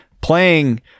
Playing